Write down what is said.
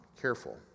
careful